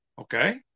Okay